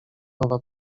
nowa